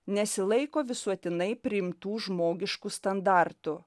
nesilaiko visuotinai priimtų žmogiškų standartų